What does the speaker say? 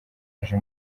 aje